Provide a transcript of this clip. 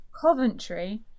Coventry